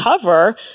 cover